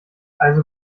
also